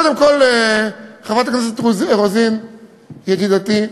קודם כול, חברת הכנסת רוזין, ידידתי,